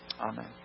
Amen